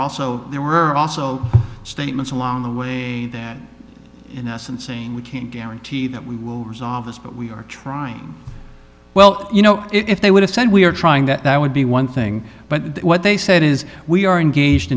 also there were also statements along the way that in essence saying we can't guarantee that we will resolve this but we are trying well you know if they would have said we are trying that would be one thing but what they said is we are engaged